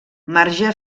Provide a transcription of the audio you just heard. marge